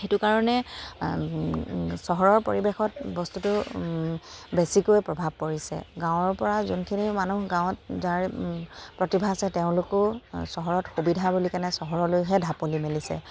সেইটো কাৰণে চহৰৰ পৰিৱেশত বস্তুটো বেছিকৈ প্ৰভাৱ পৰিছে গাঁৱৰ পৰা যোনখিনি মানুহ গাঁৱত যাৰ প্ৰতিভা আছে তেওঁলোকেও চহৰত সুবিধা বুলি কেনে চহৰলৈহে ঢাপলি মেলিছে